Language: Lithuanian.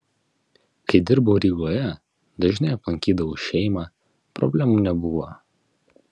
kai dirbau rygoje dažnai aplankydavau šeimą problemų nebuvo